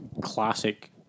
classic